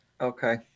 Okay